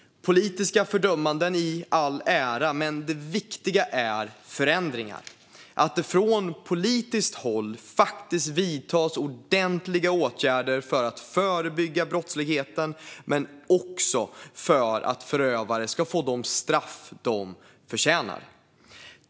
Politiska fördömanden i all ära, men det viktiga är förändringar - att det från politiskt håll faktiskt vidtas ordentliga åtgärder för att förebygga brottsligheten och för att förövare ska få de straff de förtjänar.